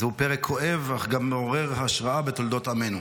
זהו פרק כואב אך גם מעורר השראה בתולדות עמנו.